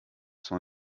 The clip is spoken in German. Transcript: zwar